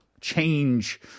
change